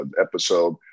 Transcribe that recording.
episode